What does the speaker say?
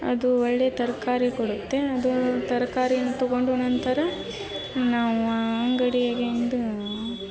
ಅದು ಒಳ್ಳೆಯ ತರಕಾರಿ ಕೊಡುತ್ತೆ ಅದು ತರ್ಕಾರಿನ ತೊಗೊಂಡು ನಂತರ ನಾವು ಅಂಗಡಿಯಗೆಂದು